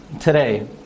today